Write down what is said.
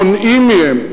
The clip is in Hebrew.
מונעים מהם,